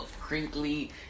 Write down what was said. crinkly